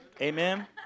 Amen